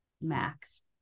max